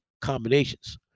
combinations